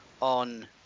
on